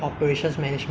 take the test ah